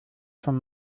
von